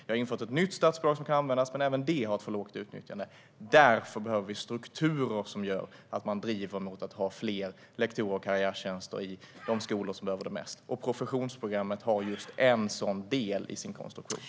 Jag har infört ett nytt statsbidrag som kan användas, men även det har ett för lågt utnyttjande. Därför behöver vi strukturer som gör att man driver på för att få fler lektorer och karriärtjänster i de skolor som behöver det mest - och professionsprogrammet har en sådan del i sin konstruktion.